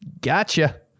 Gotcha